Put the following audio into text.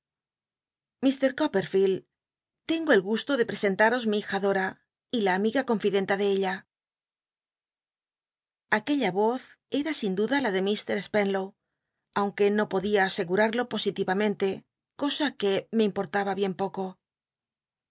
coppcdield tengo el gusto de presentaros mi hija dora y la amiga confidenta de ella a uella voz era sin duda la de mr spenlow aunque no podía asegurarlo posiliramente cosa qn e me importaba bien poco